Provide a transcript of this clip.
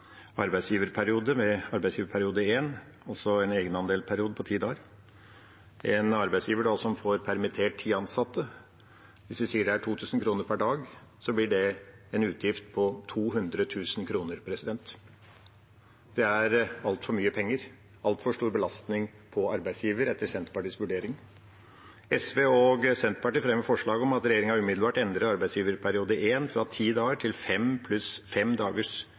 arbeidsgiverperiode, med arbeidsgiverperiode I og så en egenandelsperiode på ti dager. For en arbeidsgiver som får permittert ti ansatte, vil det, hvis vi sier det er 2 000 kr per dag, bli en utgift på 200 000 kr. Det er altfor mye penger – en altfor stor belastning på arbeidsgiver etter Senterpartiets vurdering. SV og Senterpartiet fremmer forslag om at regjeringen umiddelbart endrer arbeidsgiverperiode I fra ti dager til fem dager, pluss fem